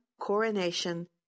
Coronation